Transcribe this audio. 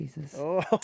Jesus